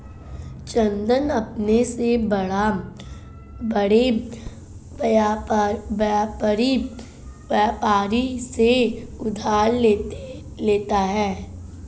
चंदन अपने से बड़े व्यापारी से उधार लेता है